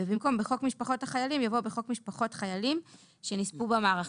ובמקום "בחוק משפחות החיילים" יבוא "בחוק מחות חיילים שנספו במערכה".